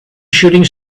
shooting